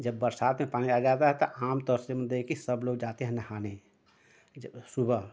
जब बरसात में पानी आ जाता है तो आमतौर से हम सबलोग जाते हैं नहाने जब सुबह में